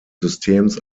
systems